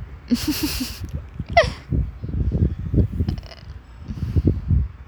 uh